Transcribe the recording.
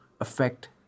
affect